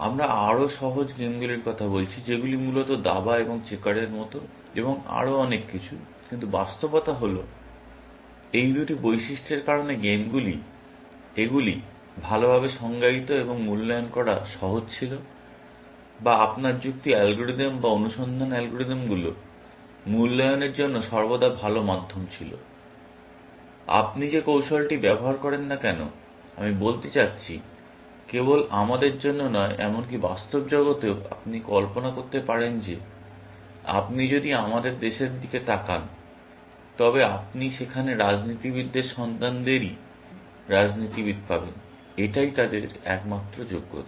আমরা আরও সহজ গেমগুলির কথা বলছি যেগুলি মূলত দাবা এবং চেকারের মতো এবং আরও অনেক কিছু কিন্তু বাস্তবতা হল এই দুটি বৈশিষ্ট্যের কারণে গেমগুলি এগুলি ভালভাবে সংজ্ঞায়িত এবং মূল্যায়ন করা সহজ ছিল বা আপনার যুক্তি অ্যালগরিদম বা অনুসন্ধান অ্যালগরিদমগুলি মূল্যায়নের জন্য সর্বদা ভাল মাধ্যম ছিল। আপনি যে কৌশলটি ব্যবহার করেন না কেন আমি বলতে চাচ্ছি কেবল আমাদের জন্য নয় এমনকি বাস্তব জগতেও আপনি কল্পনা করতে পারেন যে আপনি যদি আমাদের দেশের দিকে তাকান তবে আপনি সেখানে রাজনীতিবিদদের সন্তানদেরই রাজনীতিবিদ পাবেন এটাই তাদের একমাত্র যোগ্যতা